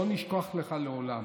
לא נשכח לך לעולם.